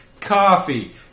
coffee